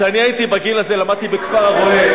כשאני הייתי בגיל הזה למדתי בכפר-הרא"ה,